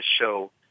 show